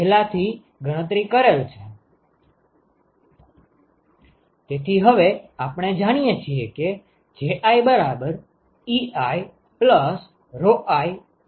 તેથી હવે આપણે જાણીએ છીએ કે JiEiiGi છે